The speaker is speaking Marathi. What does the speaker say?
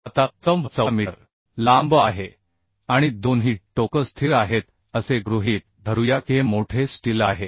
आता स्तंभ 14 मीटर लांब आहे आणि दोन्ही टोकं स्थिर आहेत असे गृहीत धरूया की हे मोठे स्टील आहे